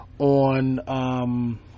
on